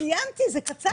לא, סיימתי, זה קצר.